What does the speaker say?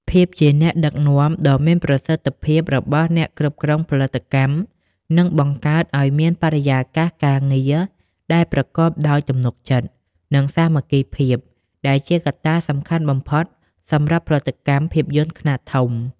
ភាពជាអ្នកដឹកនាំដ៏មានប្រសិទ្ធភាពរបស់អ្នកគ្រប់គ្រងផលិតកម្ម នឹងបង្កើតឱ្យមានបរិយាកាសការងារដែលប្រកបដោយទំនុកចិត្ត និងសាមគ្គីភាព ដែលជាកត្តាសំខាន់បំផុតសម្រាប់ផលិតកម្មភាពយន្តខ្នាតធំ។